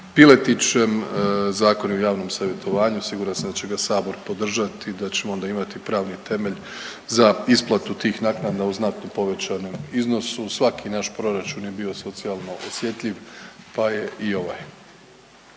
Piletićem. Zakon je u javnom savjetovanju. Siguran sam da će ga Sabor podržati i da ćemo onda imati pravni temelj za isplatu tih naknada uz znatno povećanom iznosu. Svaki naš proračun je bio socijalno osjetljiv, pa je i ovaj.